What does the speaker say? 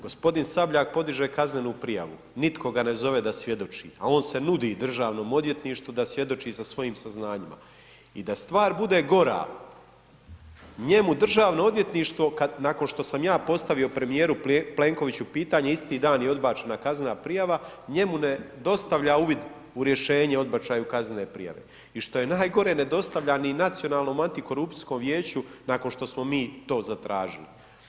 G. Sabljak podiže kaznenu prijavu, nitko ga ne zove da svjedoči a on se nudi Državnom odvjetništvu da svjedoči sa svojim saznanjima i da stvar bude gora, njemu Državno odvjetništvo nakon što sam aj postavio premijeru Plenkoviću pitanje, isti dan je odbačena kaznena prijava, njemu ne dostavlja uvid u rješenje o odbačaju kaznene prijave i što je najgore, ne dostavlja ni Nacionalnom antikorupcijskom vijeću nakon što smo mi to zatražili.